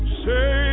say